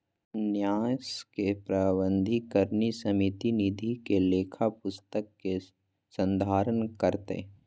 न्यास के प्रबंधकारिणी समिति निधि के लेखा पुस्तिक के संधारण करतय